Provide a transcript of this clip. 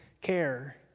care